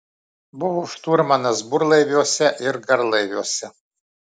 buvo šturmanas burlaiviuose ir garlaiviuose